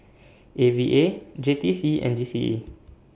A V A J T C and G C E